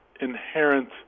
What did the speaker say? inherent